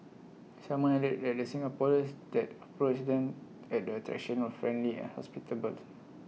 simon added that Singaporeans that approached them at the attraction of friendly and hospitable